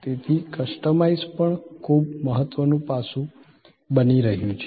તેથી કસ્ટમાઇઝેશન પણ ખૂબ મહત્વનું પાસું બની રહ્યું છે